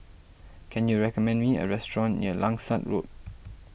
can you recommend me a restaurant near Langsat Road